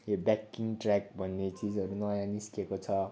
यो backing track भन्ने चिजहरू नयाँ निस्केको छ